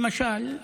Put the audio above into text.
למשל,